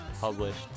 published